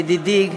ידידי,